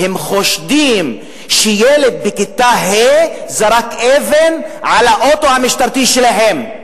הם חושדים שילד בכיתה ה' זרק אבן על האוטו המשטרתי שלהם.